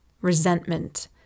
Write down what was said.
resentment